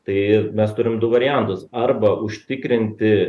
tai mes turim du variantus arba užtikrinti